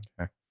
Okay